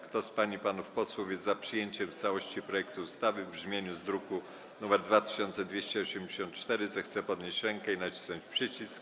Kto z pań i panów posłów jest za przyjęciem w całości projektu ustawy w brzmieniu z druku nr 2284, zechce podnieść rękę i nacisnąć przycisk.